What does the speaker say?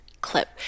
clip